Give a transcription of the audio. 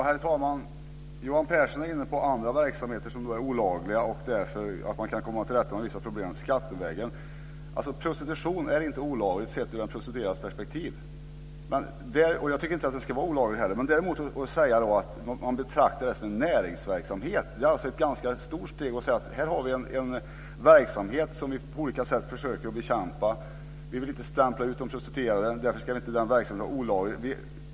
Herr talman! Johan Pehrson är inne på andra verksamheter som är olagliga och att man kan komma till rätta med vissa problem skattevägen. Prostitution är inte olaglig sett ur den prostituerades perspektiv, och jag tycker inte heller att den ska vara olaglig. Men att däremot säga att man betraktar den som en näringsverksamhet är ett ganska stort steg. Här har vi en verksamhet som vi på olika sätt försöker att bekämpa. Vi vill inte stämpla ut de prostituerade. Därför ska inte den verksamheten vara olaglig.